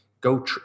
go